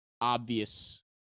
obvious